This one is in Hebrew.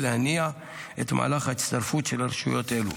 להניע את מהלך ההצטרפות של רשויות אלו.